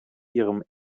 ihrem